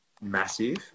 massive